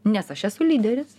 nes aš esu lyderis